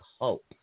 hope